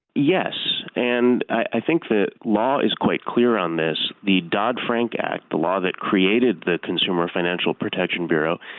yes. and i think the law is quite clear on this. the dodd-frank act, the law that created the consumer financial protection bureau,